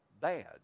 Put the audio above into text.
bad